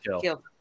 Kill